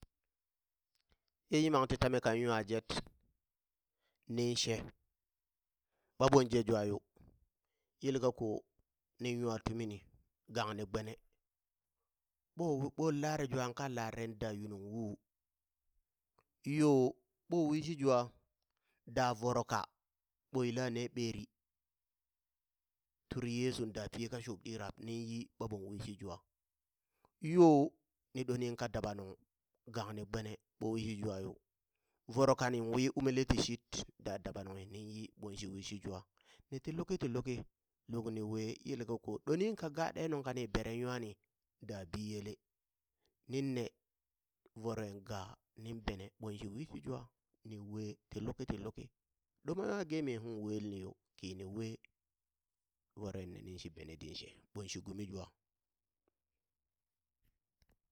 Ye yimamti tami kan nwajet, niŋshe, ɓaɓon jejua yo, yel kako niŋ nwa timini gangni gbene ɓo u ɓon lare jua ka larere da yunung wuu, yoo ɓo wishi jua da voroka ɓo yila ne ɓeri turi Yeshu da pi ka shubɗi rab, nin yi ɓaɓo wishi jwa, yo ni ɗoniŋ ka daba nuŋ gangni gbene ɓo wishi jwayo, voro kaniŋ wi meletishit da daɓa nughi nin yi ɓon shi wishi jwa, niti luki ti luki, lukni we, yel kako ɗoniŋ ka gaa ɗe nuŋ kaniŋ bereŋ nwani da biyele, ninne voron ga ni bene ɓonshi wishi jwa, niwe ti luki ti luki, ɗuma wa ge mi kung weleni yo ki ni we, voroen ne niŋ shi bene did she, ɓoŋ shi gumi jwa.